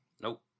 Nope